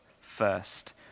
first